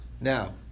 Now